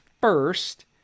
first